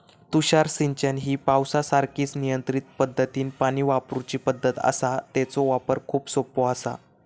तुषार सिंचन ही पावसासारखीच नियंत्रित पद्धतीनं पाणी वापरूची पद्धत आसा, तेचो वापर खूप सोपो आसा